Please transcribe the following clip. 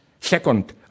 Second